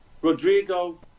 Rodrigo